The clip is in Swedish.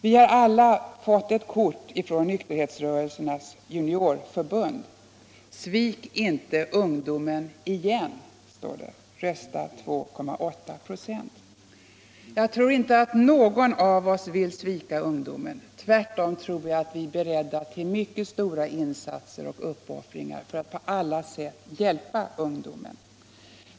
Vi har alla fått kort från nykterhetsrörelsernas juniorförbund. Svik inte ungdomen igen, rösta på 2,8 H, står det där. Jag tror inte att någon av oss vill svika ungdomen —- tvärtom tror jag att vi är beredda till mycket stora insatser och uppoffringar för att på alla sätt hjälpa ungdomen.